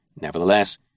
Nevertheless